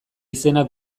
izena